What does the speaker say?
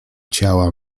ciała